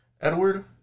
Edward